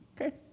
Okay